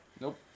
Nope